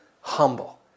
humble